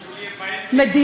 שולי, הם באים כי, במצוקה.